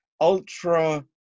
ultra